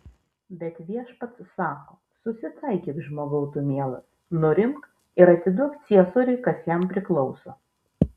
bet viešpats sako susitaikyk žmogau tu mielas nurimk ir atiduok ciesoriui kas jam priklauso